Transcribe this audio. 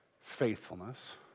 faithfulness